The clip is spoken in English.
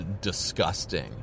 disgusting